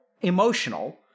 emotional